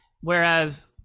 whereas